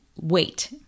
wait